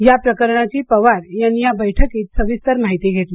या प्रकरणाची पवार यांनी या बैठकीत सविस्तर माहिती घेतली